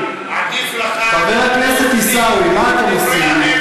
עדיף לך מלהוציא את דברי ההבל שאתה מוציא.